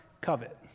covet